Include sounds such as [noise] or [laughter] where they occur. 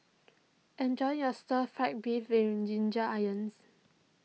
enjoy your Stir Fry Beef [unintelligible] Ginger Onions